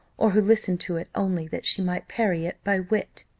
or who listened to it only that she might parry it by wit.